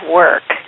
work